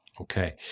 Okay